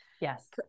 Yes